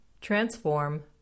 transform